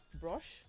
brush